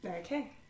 Okay